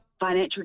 financial